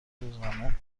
روزانه